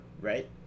right